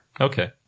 Okay